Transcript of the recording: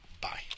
bye